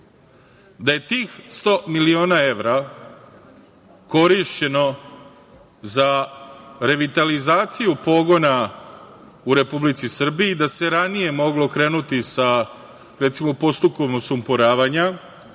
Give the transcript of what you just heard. Da je tih 100 miliona evra korišćeno za revitalizaciju pogona u Republici Srbiji, da se ranije moglo pokrenuti, recimo, postupkom odsumporavanja,